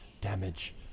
damage